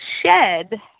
shed